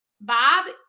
Bob